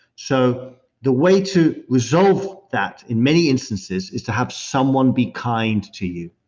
so the way to resolve that, in many instances, is to have someone be kind to you.